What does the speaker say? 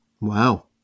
Wow